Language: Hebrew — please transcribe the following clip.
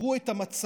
שפרו את המצב,